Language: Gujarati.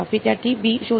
વિદ્યાર્થી શોધવું